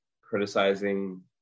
criticizing